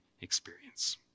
experience